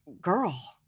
girl